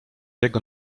jego